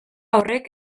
horrek